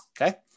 okay